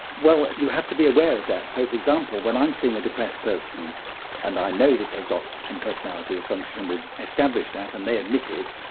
well, you have to be aware of that. so, for example, when i'm seeing a depressed person and i know that they've got some personality dysfunction and we've established that and they admit it,